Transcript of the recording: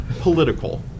political